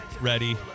ready